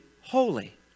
holy